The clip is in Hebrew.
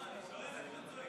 לא, אני שואל, אני לא צועק.